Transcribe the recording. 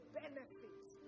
benefits